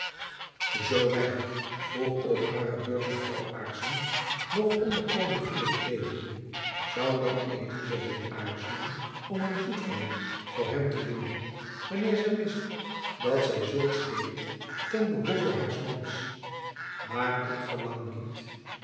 zoo wy vroeg op hare beurt mevrouw aarssen nog onder koning filips leefden zoû dan elizabeth aarzelen om een voetval voor hem te doen wanneer zy wist dat zy zulks deed ten behoeve haars mans maar ik verlang niet